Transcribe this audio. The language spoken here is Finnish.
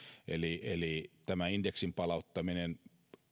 eli eli indeksin palauttaminen